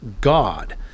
God